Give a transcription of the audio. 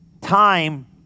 time